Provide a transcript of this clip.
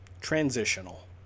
transitional